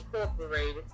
Incorporated